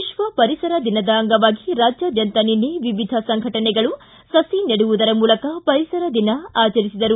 ವಿಶ್ವ ಪರಿಸರ ದಿನದ ಅಂಗವಾಗಿ ರಾಜ್ಯಾದ್ಯಂತ ನಿನ್ನೆ ವಿವಿಧ ಸಂಘಟನೆಗಳು ಸುು ನೆಡುವುದರ ಮೂಲಕ ಪರಿಸರ ದಿನ ಆಚರಿಸಿದರು